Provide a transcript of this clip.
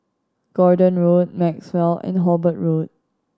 Gordon Road Maxwell and Hobart Road